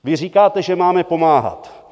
Vy říkáte, že máme pomáhat.